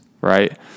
right